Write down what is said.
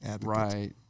Right